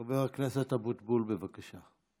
חבר הכנסת אבוטבול, בבקשה.